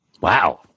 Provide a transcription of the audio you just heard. wow